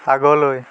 আগলৈ